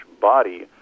body